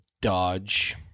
Dodge